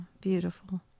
beautiful